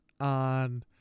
on